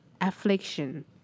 Affliction